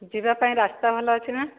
ଯିବା ପାଇଁ ରାସ୍ତା ଭଲ ଅଛି ନା